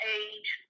age